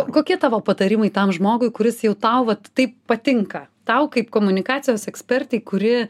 kokie tavo patarimai tam žmogui kuris jau tau vat taip patinka tau kaip komunikacijos ekspertei kuri